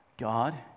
God